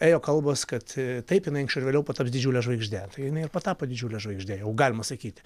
ėjo kalbos kad taip jinai anksčiau ar vėliau pataps didžiule žvaigžde tai jinai ir patapo didžiule žvaigžde jau galima sakyt